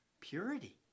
Purity